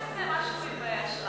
האם תעשה משהו עם השראה?